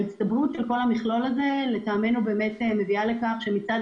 ההצטברות של המכלול הזה מביאה לטעמנו לכך שמצד